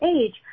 age